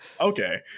okay